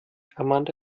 amanda